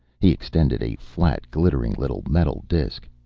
he extended a flat, glittering little metal disk.